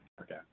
Okay